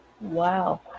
Wow